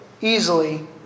easily